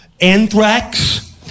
Anthrax